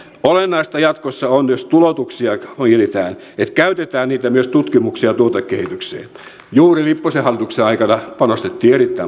olennaista jatkossa on jos tuloutuksia mietitään että käytetään niitä myös tutkimukseen ja tuotekehitykseen juuri lipposen hallituksen aikana panostettiin erittäin paljon näihin asioihin